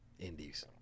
indies